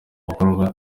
bikorwa